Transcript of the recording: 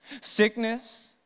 Sickness